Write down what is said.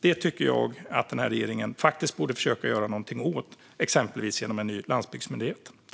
Det tycker jag att regeringen faktiskt borde försöka göra någonting åt, exempelvis genom en ny landsbygdsmyndighet.